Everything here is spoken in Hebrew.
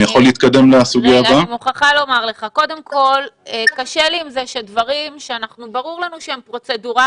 אני מוכרחה לך שקשה לי עם זה שדברים שברור לנו שהם פרוצדורליים,